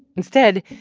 instead,